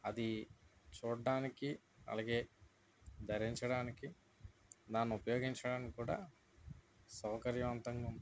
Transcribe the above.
అది చూడడానికి అలాగే ధరించడానికి దాన్ని ఉపయోగించడానికి కూడా సౌకర్యవంతంగా ఉంది